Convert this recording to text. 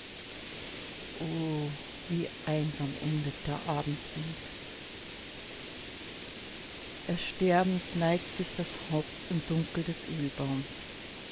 wie einsam endet der abendwind ersterbend neigt sich das haupt im dunkel des ölbaums